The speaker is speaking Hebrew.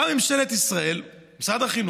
באה ממשלת ישראל, משרד החינוך,